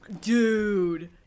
dude